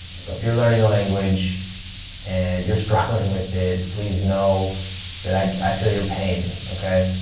so if you're learning a language and you're struggling with it. please know that i feel your pain. okay?